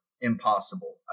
impossible